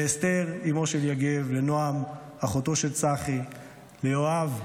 לאסתר, אימו שלי יגב, לנועם, אחותו של צחי, ליואב,